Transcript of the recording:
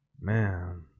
Man